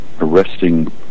arresting